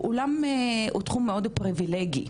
הוא תחום מאוד פריבילגי.